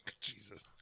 Jesus